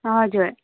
हजुर